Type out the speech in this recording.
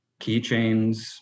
keychains